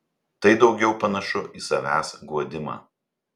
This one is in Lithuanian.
tai daugiau panašu į savęs guodimą